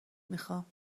میخام